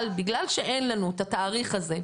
אבל בגלל שאין לנו את התאריך הזה,